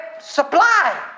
Supply